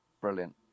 Brilliant